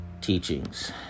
teachings